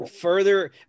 further